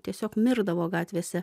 tiesiog mirdavo gatvėse